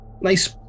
nice